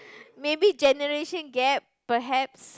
maybe generation gap perhaps